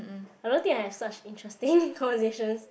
I don't think I have such interesting conversations